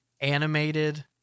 animated